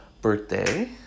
birthday